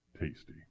tasty